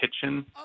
kitchen